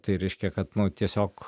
tai reiškia kad nu tiesiog